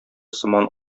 сыман